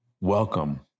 welcome